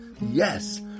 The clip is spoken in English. Yes